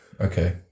Okay